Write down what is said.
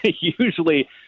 Usually –